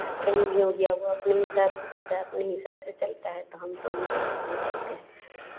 कहीं भी हो गया वो अपने हिसाब से जीता है अपने हिसाब से चलता है तो हम तो उनको पसन्द करते हैं